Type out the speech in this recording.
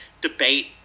debate